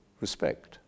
respect